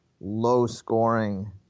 low-scoring